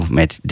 met